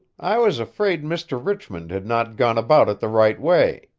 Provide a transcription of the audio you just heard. i was afraid mr. richmond had not gone about it the right way.